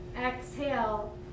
Exhale